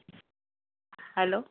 hello